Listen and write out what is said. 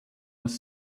was